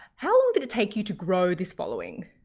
how long did it take you to grow this following?